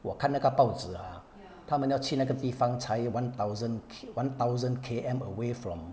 我看那个报纸啊他们要去那个地方才 one thousand K one thousand K_M away from